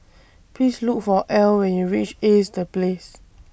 Please Look For Al when YOU REACH Ace The Place